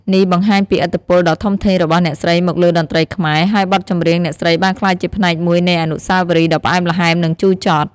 នេះបង្ហាញពីឥទ្ធិពលដ៏ធំធេងរបស់អ្នកស្រីមកលើតន្ត្រីខ្មែរ ហើយបទចម្រៀងអ្នកស្រីបានក្លាយជាផ្នែកមួយនៃអនុស្សាវរីយ៍ដ៏ផ្អែមល្ហែម និងជូរចត់។